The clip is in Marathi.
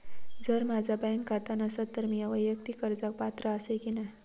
जर माझा बँक खाता नसात तर मीया वैयक्तिक कर्जाक पात्र आसय की नाय?